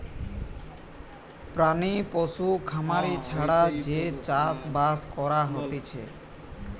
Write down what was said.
প্রাণী পশু খামারি ছাড়া যে চাষ বাস করা হতিছে